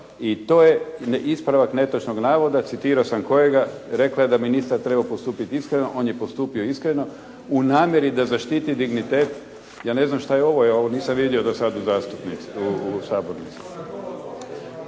I to je ispravak netočnog navoda, citirao sam kojega. Rekla je da ministar trebao postupiti iskreno, on je postupio iskreno u namjeri da zaštiti dignitet. Ja ne znam što je ovo, ja nisam vidio do sad u Saboru.